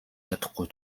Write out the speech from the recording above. чадахгүй